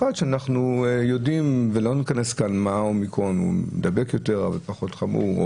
לא ניכנס לשאלה האם האומיקרון מדבק יותר או פחות חמור,